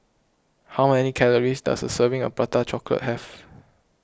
how many calories does a serving of Prata Chocolate have